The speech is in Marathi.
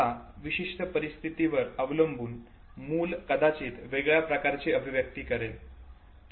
आता विशिष्ट परिस्थितींवर अवलंबून मूल कदाचित वेगवेगळ्या प्रकारची अभिव्यक्ती करेल